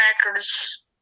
crackers